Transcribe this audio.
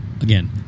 again